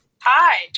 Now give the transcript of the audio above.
Hi